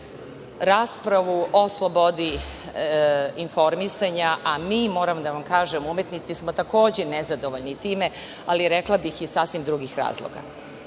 raspravu o slobodi informisanja, a mi, moram da vam kažem, umetnici smo takođe nezadovoljni time, ali rekla bih, iz sasvim drugih razloga. Pre